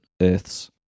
Earths